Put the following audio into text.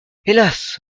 hélas